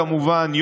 כמובן,